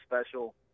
special